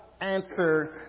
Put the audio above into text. answer